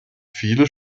viele